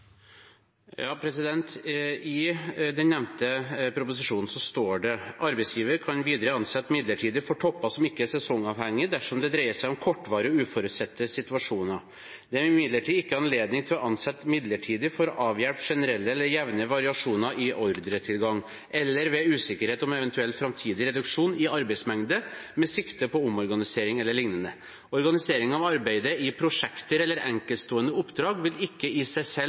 dersom det dreier seg om kortvarige, uforutsigbare situasjoner. Det er imidlertid ikke anledning til å ansette midlertidig for å avhjelpe generelle eller jevne variasjoner i ordretilgang eller ved usikkerhet om eventuell fremtidig reduksjon i arbeidsmengde, med sikte på omorganisering eller lignende. Organisering av arbeidet i prosjekter eller enkeltstående oppdrag vil ikke i seg selv